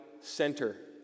center